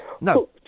No